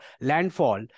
landfall